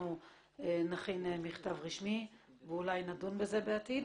נכין מכתב רשמי ואולי נדון בזה בעתיד.